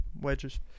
wedges